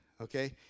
Okay